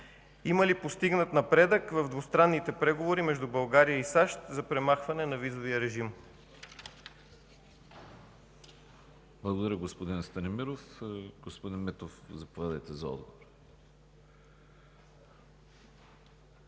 Има ли постигнат напредък в двустранните преговори между България и САЩ за премахване на визовия режим?